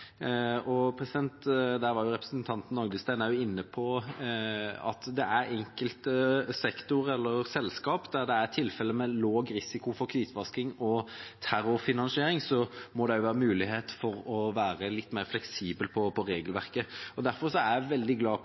representanten Rodum Agdestein var inne på at det er enkelte sektorer eller selskaper som har lav risiko for hvitvasking og terrorfinansiering, og da må det også være mulig å være litt mer fleksibel når det gjelder regelverket. Derfor er jeg veldig glad for